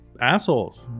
assholes